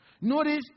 Notice